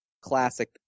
classic